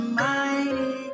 mighty